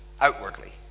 outwardly